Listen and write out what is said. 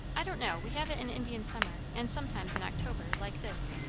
i don't know. we have it in indian summer, and sometimes in october, like this.